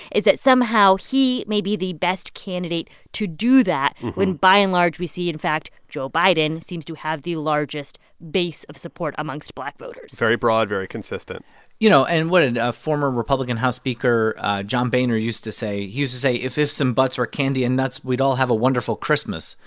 is that, somehow, he may be the best candidate to do that when, by and large, we see, in fact, joe biden seems to have the largest base of support amongst black voters very broad, very consistent you know and what did ah former republican house speaker john boehner used to say? he used to say, if ifs and buts were candy and nuts, we'd all have a wonderful christmas,